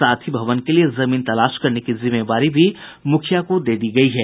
साथ ही भवन के लिए जमीन तलाश करने की जिम्मेवारी भी मुखिया को भी दी गयी है